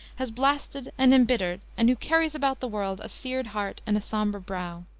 has blasted and embittered, and who carries about the world a seared heart and a somber brow.